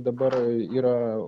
dabar yra